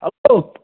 Appu